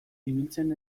ibiltzen